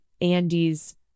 Andy's